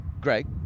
Greg